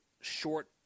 short